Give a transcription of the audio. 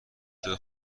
شده